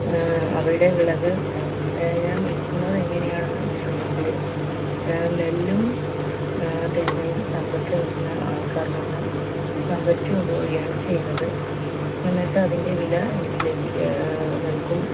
അവിടെ വിളകൾ ഞാൻ വിൽക്കുന്നത് എങ്ങനെയാണെന്ന് വെച്ചിട്ടുണ്ടെങ്കിൽ നെല്ലും തേങ്ങയും സംഘത്തിൽ നിന്ന് ആൾക്കാർ വന്ന് സംഭരിച്ചു കൊണ്ടു പോവുകയാണ് ചെയ്യുന്നത് എന്നിട്ട് അതിൻ്റെ വില എനിക്ക് ലഭി നൽകും